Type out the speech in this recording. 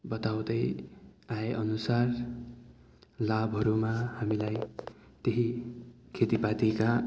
बताउँदै आए अनुसार लाभहरूमा हामीलाई त्यही खेतीपातीका